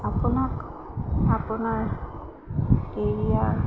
আপোনাক আপোনাৰ কেৰিয়াৰ